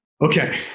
Okay